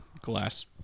glass